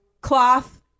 Cloth